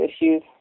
issues